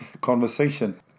conversation